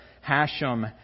Hashem